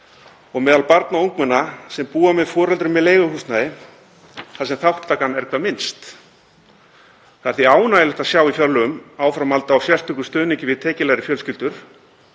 og meðal barna og ungmenna sem búa með foreldrum í leiguhúsnæði þar sem þátttakan er hvað minnst. Það er því ánægjulegt að sjá í fjárlögum áframhald á sérstökum stuðningi við tekjulægri fjölskyldur